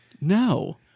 No